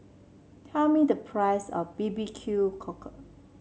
tell me the price of B B Q Cockle